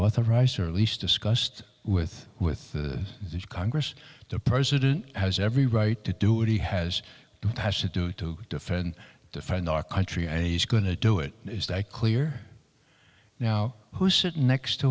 authorized or at least discussed with with the congress the president has every right to do it he has to do it to defend defend our country and he's going to do it is that clear now who sit next to